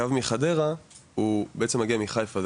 הקו מחדרה הוא בעצם מגיע מחיפה,